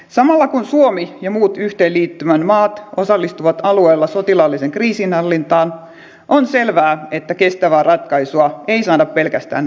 samalla kun suomi ja muut yhteenliittymän maat osallistuvat alueella sotilaalliseen kriisinhallintaan on selvää että kestävää ratkaisua ei saada pelkästään näillä toimilla